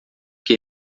que